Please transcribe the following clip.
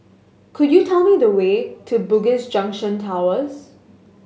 could you tell me the way to Bugis Junction Towers